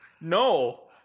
No